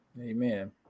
Amen